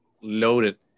loaded